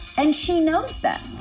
and she knows that.